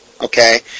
okay